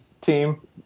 team